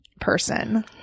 person